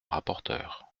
rapporteure